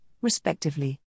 respectively